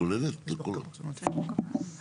אני